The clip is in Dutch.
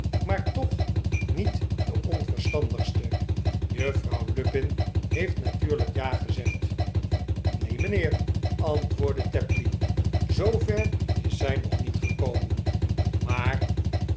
maar toch niet de onverstandigste juffrouw lupin heeft natuurlijk ja gezegd neen mijnheer antwoordde tapley zoover is zij nog niet gekomen maar